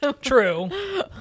True